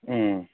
ꯎꯝ